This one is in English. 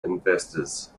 investors